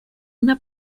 una